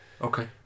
Okay